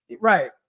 Right